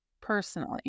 personally